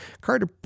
Carter